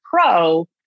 pro